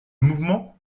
mouvement